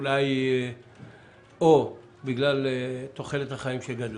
אולי בגלל תוחלת החיים שגדלה,